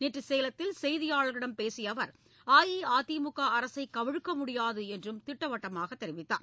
நேற்று சேலத்தில் செய்தியாளர்களிடம் பேசிய அவர் அஇஅதிமுக அரசை கவிழ்க்கமுடியாது என்றும் திட்டவட்டமாக தெரிவித்தார்